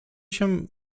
się